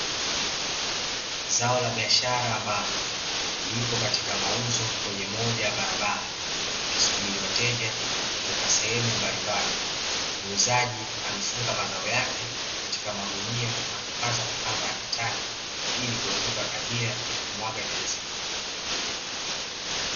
Zao la biashara ambalo lipo katika mauzo kwenye moja ya barabara likisubiri wateja kutoka sehemu mbalimbali muuzaji amefunga mazao yake katika magunia na kukaza na kamba ya katani ili kuepuka ghazia kumwaga viazi hivyo.